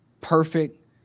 perfect